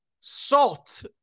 salt